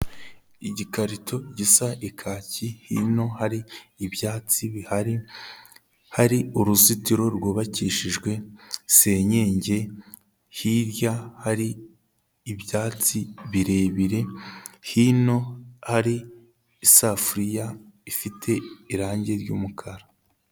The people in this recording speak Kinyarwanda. Igikarito gisa ikaki hino hari ibyatsi bihari, hari uruzitiro rwubakishijwe senyenge, hirya hari ibyatsi birebire, hino hari isafuriya ifite irangi ry'umukara.